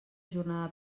jornada